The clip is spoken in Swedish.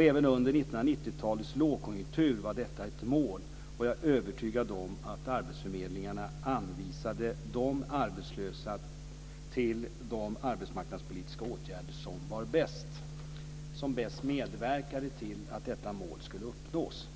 Även under 1990-talets lågkonjunktur var detta ett mål, och jag är övertygad om att arbetsförmedlingarna anvisade de arbetslösa till de arbetsmarknadspolitiska åtgärder som bäst medverkade till att detta mål skulle uppnås.